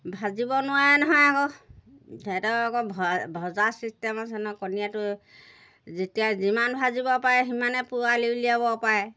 ভাজিব নোৱাৰে নহয় আকৌ সিহঁতক আকৌ ভা ভজা ছিষ্টেম আছে নহয় কণীটো যেতিয়া যিমান ভাজিব পাৰে সিমানে পোৱালি উলিয়াব পাৰে